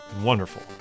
wonderful